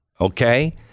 okay